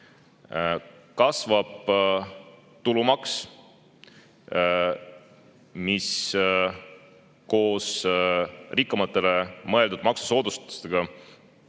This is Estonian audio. Kasvab tulumaks, mis koos rikkamatele mõeldud maksusoodustusega